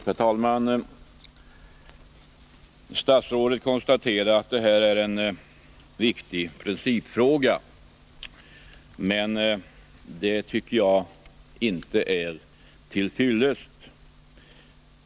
Herr talman! Statsrådet konstaterar att det här gäller en viktig principfråga, men det tycker jag inte är till fyllest.